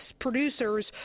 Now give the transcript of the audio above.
Producers